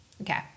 Okay